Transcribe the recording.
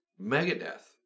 Megadeth